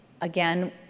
Again